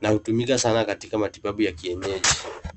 na hutumika sana katika matibabu ya kienyeji.